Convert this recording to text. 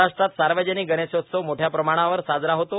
महाराष्ट्रात सार्वजनिक गणेशोत्सव मोठ्या प्रमाणावर साजरा होतो